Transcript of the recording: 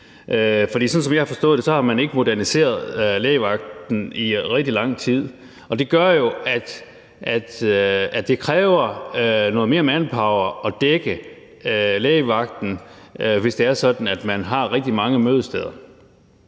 For sådan som jeg har forstået det, har man ikke moderniseret lægevagten i rigtig lang tid, og det gør jo, at det kræver noget mere manpower at dække lægevagten, hvis man har rigtig mange mødesteder.